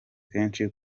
kenshi